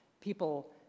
people